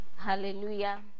hallelujah